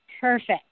Perfect